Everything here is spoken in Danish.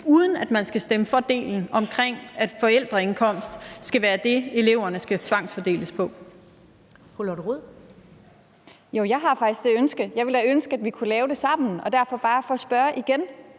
uden at man skal stemme for delen om, at forældreindkomsten skal være det, som eleverne skal tvangsfordeles ud